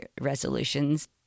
resolutions